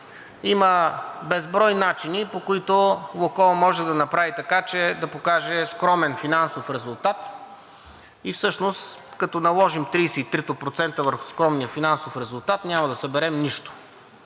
има безброй начини, по които „Лукойл“ може да направи така, че да покаже скромен финансов резултат и всъщност, като наложим тридесет и трите процента върху скромния финансов резултат, няма да съберем нищо.